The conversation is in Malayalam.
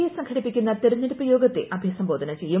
എ സംഘടിപ്പിക്കുന്ന തിരഞ്ഞെടുപ്പ് യോഗത്തെ അഭിസംബോധന ചെയ്യും